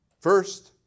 First